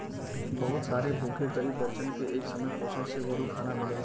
बहुत सारे भूखे गरीब बच्चन के एक समय पोषण से भरल खाना मिलला